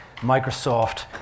Microsoft